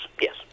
yes